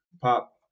pop